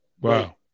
Wow